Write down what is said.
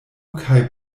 kaj